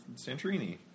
Santorini